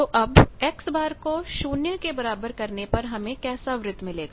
तो अब X को 0 के बराबर करने पर हमें कैसा वृत्त मिलेगा